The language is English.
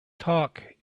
talk